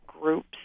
groups